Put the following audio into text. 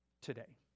today